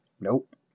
Nope